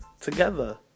together